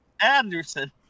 Anderson